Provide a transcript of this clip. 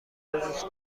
ریختن